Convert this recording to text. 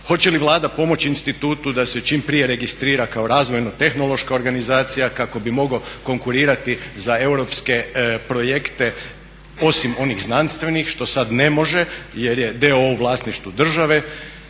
Hoće li Vlada pomoći institutu da se čim prije registrira kao razvojno-tehnološka organizacija kako bi mogao konkurirati za europske projekte osim onih znanstvenih, što sad ne može jer je d.o.o. u vlasništvu države?